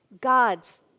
God's